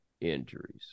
injuries